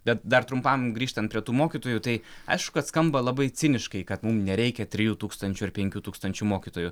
bet dar trumpam grįžtant prie tų mokytojų tai aišku kad skamba labai ciniškai kad mum nereikia trijų tūkstančių ar penkių tūkstančių mokytojų